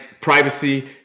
privacy